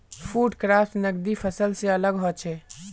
food crops नगदी फसल से अलग होचे